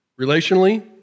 Relationally